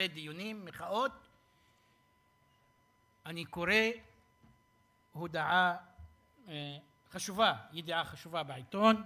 אחרי דיונים ומחאות אני קורא ידיעה חשובה בעיתון,